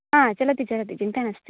आम् चलति चलति चिन्ता नास्ति